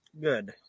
Good